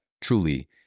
truly